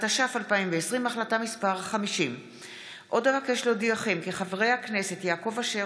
התש"ף 2020, מאת חברי הכנסת אלי אבידר,